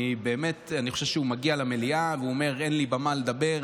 אני חושב שכשהוא מגיע למליאה והוא אומר: אין לי על מה לדבר,